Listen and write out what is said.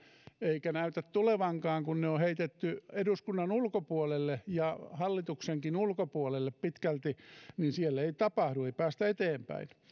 eikä näytä tulevankaan kun ne on heitetty eduskunnan ulkopuolelle ja hallituksenkin ulkopuolelle pitkälti niin siellä ei tapahdu ei päästä eteenpäin